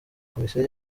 komisiyo